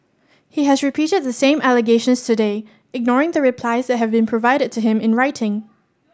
he has repeated the same allegations today ignoring the replies that have been provided to him in writing